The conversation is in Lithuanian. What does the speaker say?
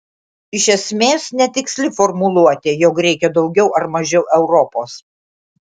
iš esmės netiksli formuluotė jog reikia daugiau ar mažiau europos